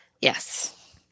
Yes